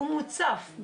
הוא מוצף,